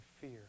fear